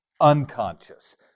unconscious